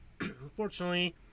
Unfortunately